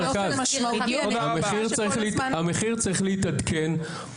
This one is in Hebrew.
המחיר צריך להתעדכן.